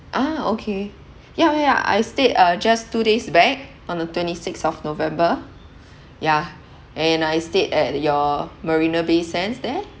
ah okay ya ya ya I stayed uh just two days back on the twenty sixth of november yeah and I stayed at your marina bay sands there